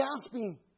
gasping